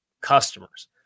customers